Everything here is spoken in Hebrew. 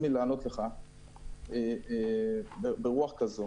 אבל אני מרשה לעצמי לענות לך ברוח כזאת.